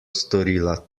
storila